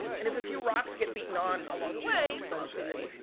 and if a few rocks get beaten on along the way, it's all good.